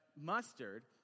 mustard